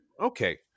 okay